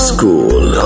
School